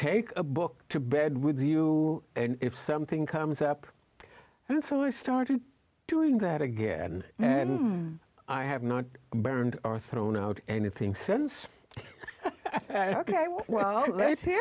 take a book to bed with you and if something comes up and insular started doing that again and i have not burned or thrown out anything since ok well let's